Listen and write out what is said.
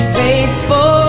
faithful